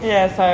Yes